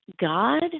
God